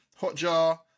Hotjar